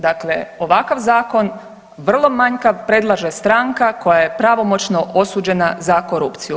Dakle, ovakav zakon vrlo manjkav predlaže stranka koje je pravomoćno osuđena za korupciju.